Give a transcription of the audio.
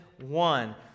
One